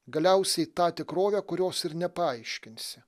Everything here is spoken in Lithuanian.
galiausiai tą tikrovę kurios ir nepaaiškinsi